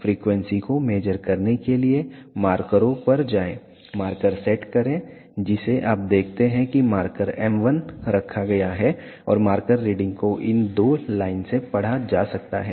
frequency को measure करने के लिए मार्करों पर जाएं मार्कर सेट करें जिसे आप देखते हैं कि मार्कर m1 रखा गया है और मार्कर रीडिंग को इन दो लाइन से पढ़ा जा सकता है